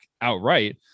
outright